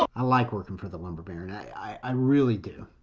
i like working for the lumber baron, i i really do.